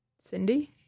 Cindy